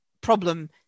problem